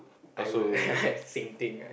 I will same thing ah